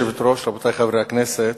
גברתי היושבת-ראש, רבותי חברי הכנסת,